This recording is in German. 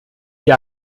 die